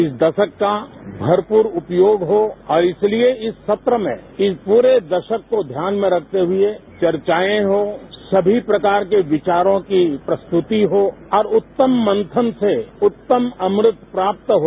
इस दशक का भरपूर उपयोग हो और इसलिए इस सत्र में इस पूरे दशक को ध्यान में रखते हुए चर्चाएं हों सभी प्रकार के विचारों की प्रस्तुति हो और उत्तम मंथन से उत्तम अमृत प्राप्त हो